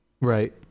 Right